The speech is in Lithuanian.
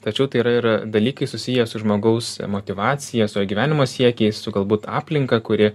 tačiau tai yra ir dalykai susiję su žmogaus motyvacija su jo gyvenimo siekiais su galbūt aplinka kuri